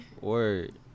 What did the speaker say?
Word